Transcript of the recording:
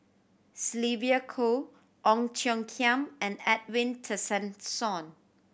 Sylvia Kho Ong Tiong Khiam and Edwin Tessensohn